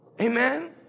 amen